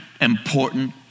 important